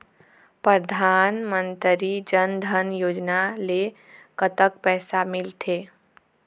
परधानमंतरी जन धन योजना ले कतक पैसा मिल थे?